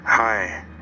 Hi